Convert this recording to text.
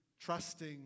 trusting